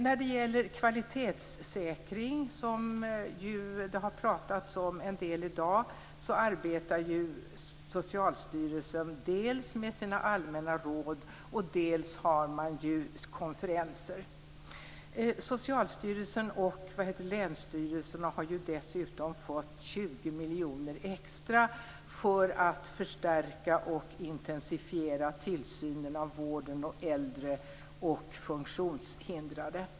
När det gäller kvalitetssäkringen, som det har talats om en del i dag, arbetar Socialstyrelsen med sina allmänna råd. Man har också konferenser. Socialstyrelsen och länsstyrelserna har dessutom fått 20 miljoner kronor extra för att förstärka och intensifiera tillsynen och vården av äldre och funktionshindrade.